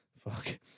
Fuck